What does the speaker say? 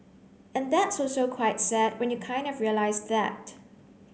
and that's also quite sad when you kind of realise that